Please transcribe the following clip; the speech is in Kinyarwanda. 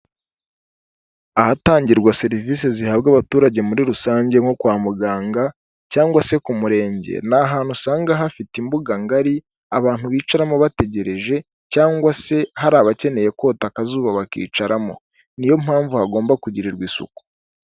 Ahatangirwa serivisi zihabwa abaturage muri rusange nko kwa muganga, cyangwa se ku murenge ni ahantu usanga hafite imbuga ngari, abantu bicaramo bategereje, cyangwa se hari abakeneye kota akazuba bakicaramo niyo mpamvu hagomba kugirirwa isuku.